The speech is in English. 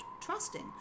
trusting